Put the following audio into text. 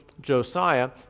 Josiah